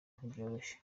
ntibyoroshye